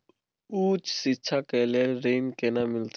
उच्च शिक्षा के लेल ऋण केना मिलते?